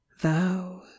thou